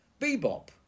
bebop